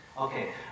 Okay